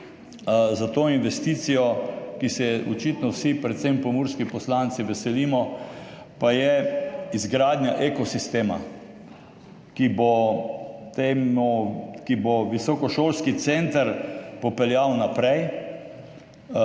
za to investicijo, ki se je očitno vsi, predvsem pomurski poslanci, veselimo, pa je izgradnja ekosistema, ki bo visokošolski center popeljal naprej.